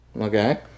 Okay